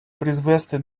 призвести